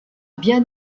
bien